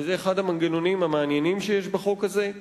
וזה אחד המנגנונים המעניינים שיש בחוק הזה,